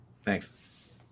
Thanks